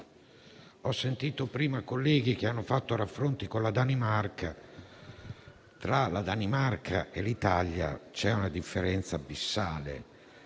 Ho sentito prima colleghi fare raffronti con la Danimarca; tra la Danimarca e l'Italia c'è una differenza abissale